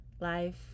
life